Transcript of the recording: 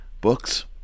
books